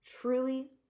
truly